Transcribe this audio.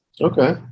Okay